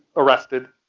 arrested.